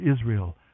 Israel